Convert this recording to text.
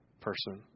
person